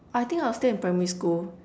I think I was still in primary school